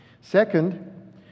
Second